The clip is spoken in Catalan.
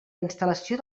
instal·lació